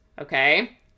okay